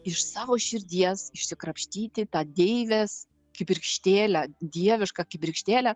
iš savo širdies išsikrapštyti tą deivės kibirkštėlę dievišką kibirkštėlę